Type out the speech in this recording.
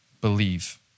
believe